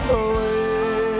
away